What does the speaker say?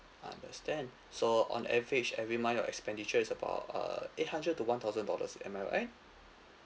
understand so on average every month your expenditure is about uh eight hundred to one thousand dollars am I right